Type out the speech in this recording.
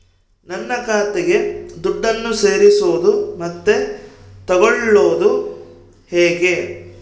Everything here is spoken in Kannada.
ನನ್ನ ಖಾತೆಗೆ ದುಡ್ಡನ್ನು ಸೇರಿಸೋದು ಮತ್ತೆ ತಗೊಳ್ಳೋದು ಹೇಗೆ?